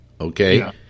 okay